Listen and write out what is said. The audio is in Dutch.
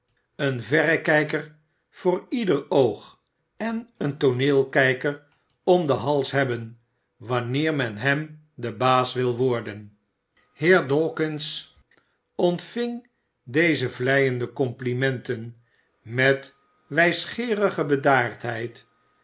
een verrekijker voor ieder oog en een tooneelkijker om den hals hebben wanneer men hem den baas wil worden heer dawkins ontving deze vleiende complimenten met wijsgeerige bedaardheid